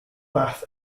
bath